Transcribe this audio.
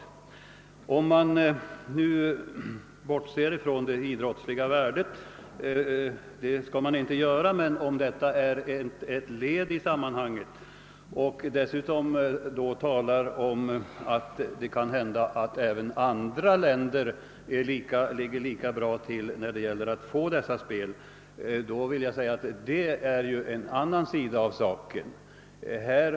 För att nu bortse från det idrottsliga värdet — det skall vi egentligen inte göra, men det är ju bara ett av leden i detta sammanhang — vill jag med anledning av hänvisningen till att det finns andra länder som ligger lika bra till som vårt när det gäller att få anordna vinterspelen säga att detta är en annan sida av saken.